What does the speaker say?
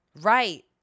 Right